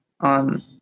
on